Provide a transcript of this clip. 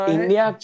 India